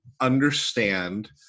understand